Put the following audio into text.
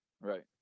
Right